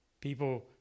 People